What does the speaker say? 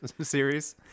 series